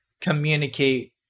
communicate